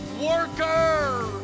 worker